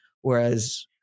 Whereas